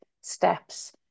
steps